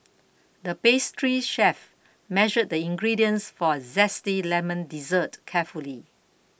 the pastry chef measured the ingredients for a Zesty Lemon Dessert carefully